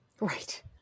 right